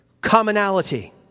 commonality